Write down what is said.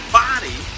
body